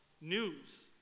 news